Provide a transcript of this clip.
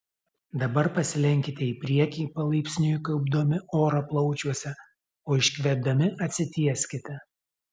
dabar pasilenkite į priekį palaipsniui kaupdami orą plaučiuose o iškvėpdami atsitieskite